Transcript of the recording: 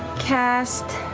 cast